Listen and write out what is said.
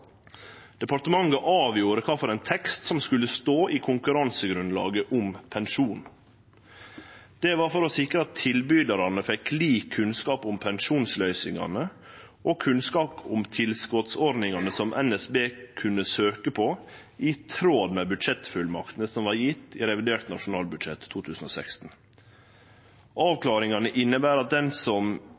Departementet avgjorde kva for ein tekst som skulle stå i konkurransegrunnlaget om pensjon. Det var for å sikre at alle tilbydarane fekk lik kunnskap om pensjonsløysingane og kunnskap om tilskotsordningane som NSB kunne søkje på i tråd med budsjettfullmaktene som var gjevne i revidert nasjonalbudsjett 2016. Avklaringane inneber at den som